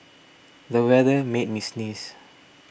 the weather made me sneeze